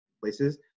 places